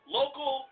local